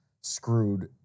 screwed